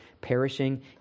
perishing